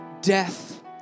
death